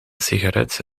sigaret